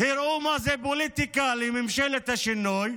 הראו מה זה פוליטיקה לממשלת השינוי,